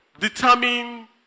determine